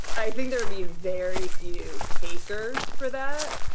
i think there'd be very few takers for that.